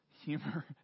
humor